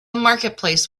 marketplace